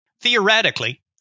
Theoretically